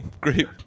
great